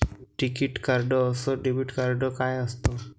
टिकीत कार्ड अस debit card काय असत?